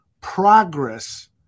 progress